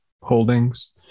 holdings